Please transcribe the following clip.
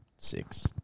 Six